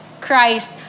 Christ